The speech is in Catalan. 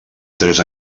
tres